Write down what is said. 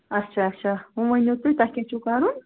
اَچھا اَچھا ؤنِو تُہۍ تۅہہِ کیٛاہ چھُو کَرُن